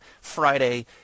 Friday